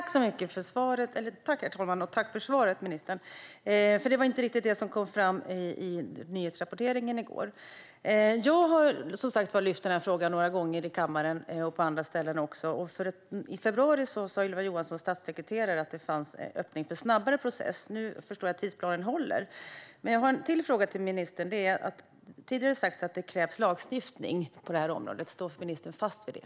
Herr talman! Tack, ministern, för svaret! Detta var inte riktigt det som kom fram i nyhetsrapporteringen i går. Jag har som sagt tagit upp denna fråga några gånger i kammaren och även på andra ställen. I februari sa Ylva Johanssons statssekreterare att det fanns en öppning för en snabbare process. Nu förstår jag att tidsplanen håller. Jag har ytterligare en fråga till ministern. Tidigare har det sagts att det krävs lagstiftning på detta område - står ministern fast vid det?